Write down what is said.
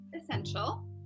essential